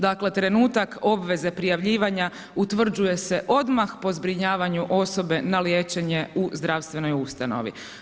Dakle trenutak obveze prijavljivanja utvrđuje se odmah po zbrinjavanju osobe na liječenje u zdravstvenoj ustanovi.